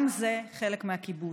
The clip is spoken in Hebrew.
גם זה חלק מהכיבוש.